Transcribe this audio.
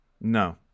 No